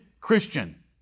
Christian